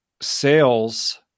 sales